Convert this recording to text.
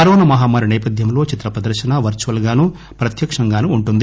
corona మహమ్మారి సేపధ్యంలో చిత్రప్రదర్శన వర్చువల్ గాను ప్రత్యక్షంగానూ ఉంటుంది